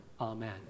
Amen